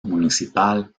municipal